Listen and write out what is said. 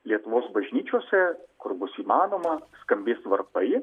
lietuvos bažnyčiose kur bus įmanoma skambės varpai